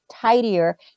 tidier